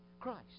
Christ